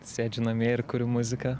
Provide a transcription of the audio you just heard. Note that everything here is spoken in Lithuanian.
sėdžiu namie ir kuriu muziką